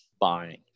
Buying